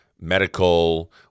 medical